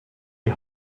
die